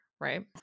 right